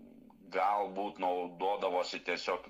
galbūt naudodavosi tiesiog